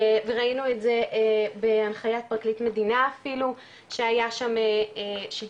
וראינו את זה בהנחיית פרקליט מדינה אפילו שהיה שם שהיא